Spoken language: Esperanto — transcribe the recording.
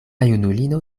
junulino